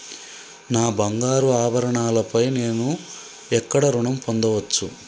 నా బంగారు ఆభరణాలపై నేను ఎక్కడ రుణం పొందచ్చు?